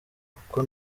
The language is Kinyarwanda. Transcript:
kuko